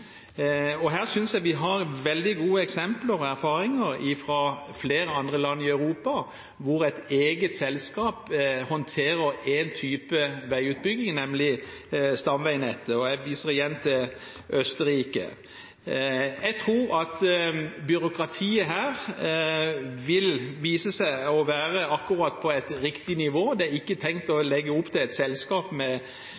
framover. Her synes jeg vi har veldig gode eksempler og erfaringer fra flere andre land i Europa, der et eget selskap håndterer én type veiutbygging, nemlig stamveinettet. Jeg viser igjen til Østerrike. Jeg tror at byråkratiet her vil vise seg å være på akkurat riktig nivå. Man har ikke tenkt å legge opp til et selskap med